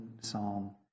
Psalm